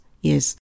Yes